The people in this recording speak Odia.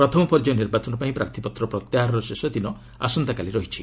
ପ୍ରଥମ ପର୍ଯ୍ୟାୟ ନିର୍ବାଚନ ପାଇଁ ପ୍ରାର୍ଥୀପତ୍ର ପ୍ରତ୍ୟାହାରର ଶେଷଦିନ ଆସନ୍ତାକାଲି ରହିଛି